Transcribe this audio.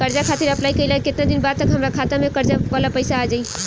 कर्जा खातिर अप्लाई कईला के केतना दिन बाद तक हमरा खाता मे कर्जा वाला पैसा आ जायी?